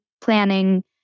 planning